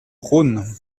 rhône